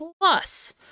plus